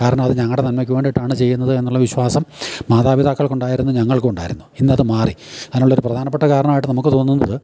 കാരണം അത് ഞങ്ങളുടെ നന്മയ്ക്ക് വേണ്ടിയിട്ടാണ് ചെയ്യുന്നത് എന്നുള്ള വിശ്വാസം മാതാപിതാക്കൾക്ക് ഉണ്ടായിരുന്നു ഞങ്ങൾക്കുണ്ടായിരുന്നു ഇന്നത് മാറി അതിനുള്ളൊരു പ്രധാനപ്പെട്ട കാരണമായിട്ട് നമുക്ക് തോന്നുന്നത്